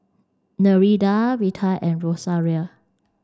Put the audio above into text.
Nereida Vita and Rosaria